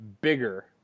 bigger